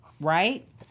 right